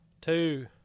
two